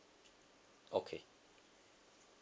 okay